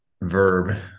verb